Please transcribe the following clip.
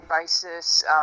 basis